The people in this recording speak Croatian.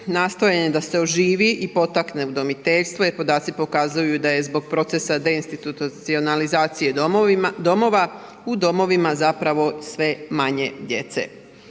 nastojanje da se oživi i potakne udomiteljstvo jer podaci pokazuju da je zbog procesa deinstitucionalizacije domova, u domovima zapravo sve manje djece.